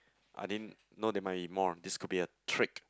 I didn't know there might be more this could be a trick